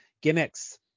gimmicks